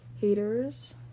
haters